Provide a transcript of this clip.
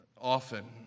often